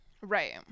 Right